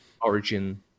origin